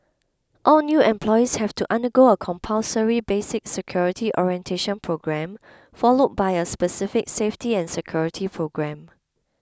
all new employees have to undergo a compulsory basic security orientation programme follow by a specific safety and security programme